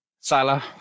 Salah